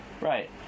Right